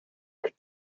could